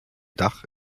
dach